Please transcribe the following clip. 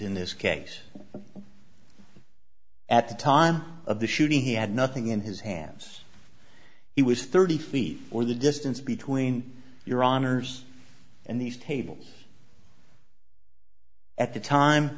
in this case at the time of the shooting he had nothing in his hands he was thirty feet or the distance between your honour's and these tables at the